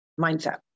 mindset